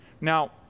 Now